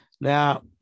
Now